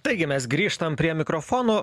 taigi mes grįžtam prie mikrofono